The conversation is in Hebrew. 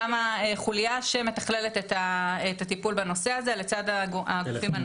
קמה חולייה שמתכללת את הטיפול בנושא הזה לצד הגופים הנוספים.